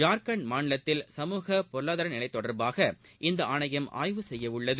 ஜார்க்கண்ட் மாநிலத்தில் சமூக பொருளாதார நிலை தொடர்பாக இந்தக் ஆணையம் ஆய்வு செய்யவுள்ளது